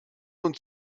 und